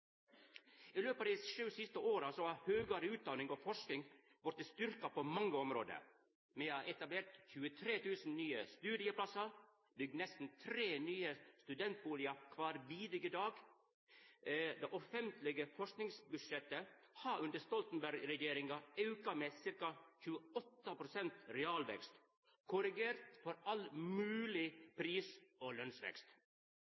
I løpet av dei sju siste åra har høgare utdanning og forsking vorte styrkt på mange område. Me har etablert 23 000 nye studieplassar, bygd nesten tre nye studentbustader kvar bidige dag. Det offentlege forskingsbudsjettet har under Stoltenberg-regjeringa auka med ca. 28 pst. realvekst, korrigert for all